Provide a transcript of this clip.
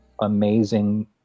amazing